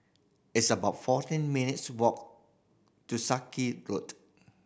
it's about fourteen minutes' walk to Sarky Road